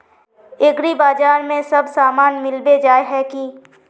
एग्रीबाजार में सब सामान मिलबे जाय है की?